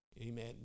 Amen